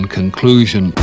conclusion